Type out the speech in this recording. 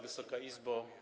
Wysoka Izbo!